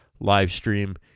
Livestream